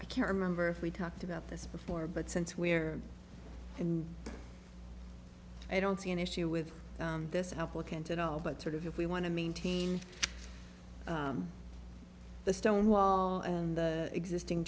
i can't remember if we talked about this before but since we're in i don't see an issue with this applicant at all but sort of if we want to maintain the stone wall and the existing